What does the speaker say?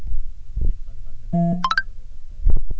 Credit card काढण्यासाठी उत्पन्न मर्यादा काय आहे?